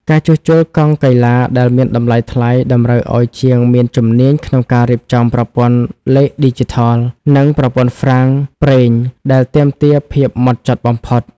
ការជួសជុលកង់កីឡាដែលមានតម្លៃថ្លៃ តម្រូវឱ្យជាងមានជំនាញក្នុងការរៀបចំប្រព័ន្ធលេខឌីជីថល និងប្រព័ន្ធហ្វ្រាំងប្រេងដែលទាមទារភាពហ្មត់ចត់បំផុត។